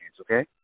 okay